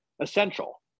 essential